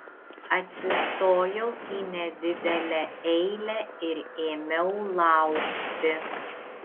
atsistojau į nedidelę eilę ir ėmiau laukti